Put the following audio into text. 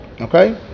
Okay